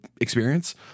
experience